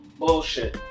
bullshit